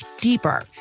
deeper